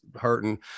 hurting